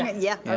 and yeah,